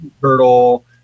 turtle